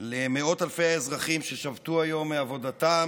למאות אלפי האזרחים ששבתו היום מעבודתם